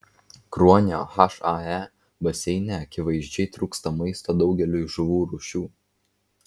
kruonio hae baseine akivaizdžiai trūksta maisto daugeliui žuvų rūšių